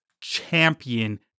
champion